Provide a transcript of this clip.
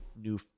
new